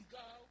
go